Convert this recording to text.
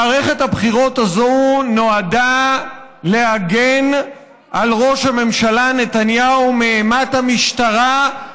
מערכת הבחירות הזאת נועדה להגן על ראש הממשלה נתניהו מאימת המשטרה,